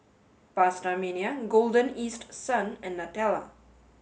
PastaMania Golden East Sun and Nutella